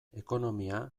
ekonomia